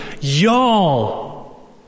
y'all